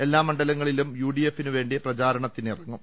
എല്ലാ മണ്ഡലങ്ങളിലും യുഡിഫിനു വേണ്ടി പ്രചാ രണത്തിനിറങ്ങും